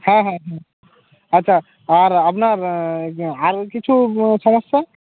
হ্যাঁ হ্যাঁ হ্যাঁ আচ্ছা আর আপনার আরও কিছু সমস্যা